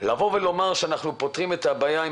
לומר שאנחנו פותרים את הבעיה עם